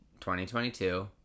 2022